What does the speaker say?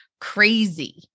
crazy